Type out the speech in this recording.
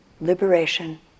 liberation